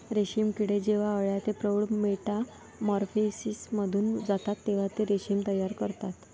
रेशीम किडे जेव्हा अळ्या ते प्रौढ मेटामॉर्फोसिसमधून जातात तेव्हा ते रेशीम तयार करतात